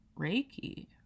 Reiki